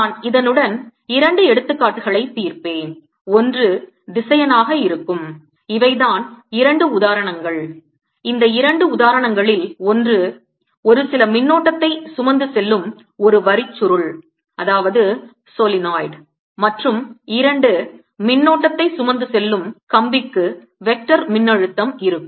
நான் இதனுடன் இரண்டு எடுத்துக்காட்டுகளைத் தீர்ப்பேன் ஒன்று திசையனாக இருக்கும் இவைதான் இரண்டு உதாரணங்கள் இந்த இரண்டு உதாரணங்களில் ஒன்று ஒரு சில மின்னோட்டத்தை சுமந்து செல்லும் ஒரு வரிச்சுருள் மற்றும் இரண்டு மின்னோட்டத்தை சுமந்து செல்லும் கம்பிக்கு வெக்டார் மின்னழுத்தம் இருக்கும்